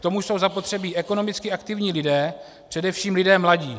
K tomu jsou zapotřebí ekonomicky aktivní lidé, především lidé mladí.